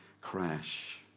crash